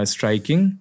Striking